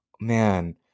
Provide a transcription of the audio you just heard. man